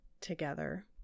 together